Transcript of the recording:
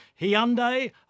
Hyundai